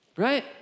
right